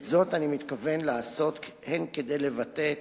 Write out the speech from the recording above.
את זאת אני מתכוון לעשות הן כדי לבטא את